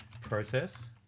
process